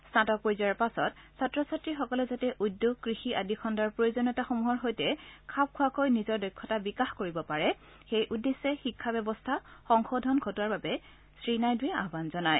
স্নাতক পৰ্যায়ৰ পাছত ছাত্ৰ ছাত্ৰীসকলে যাতে উদ্যোগ কৃষি আদি খণ্ডৰ প্ৰয়োজনীয়তাসমূহৰ সৈতে খাব খোৱাকৈ নিজ দক্ষতা বিকাশ কৰিব পাৰে সেই উদ্দেশ্যে শিক্ষা ব্যৱস্থা সংশোধন ঘটোৱাৰ বাবে শ্ৰীনাইডুৱে আহান জনায়